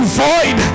void